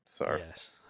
Yes